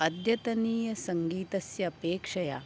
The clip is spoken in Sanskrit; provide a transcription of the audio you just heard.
अद्यतनीयसङ्गीतस्य अपेक्षया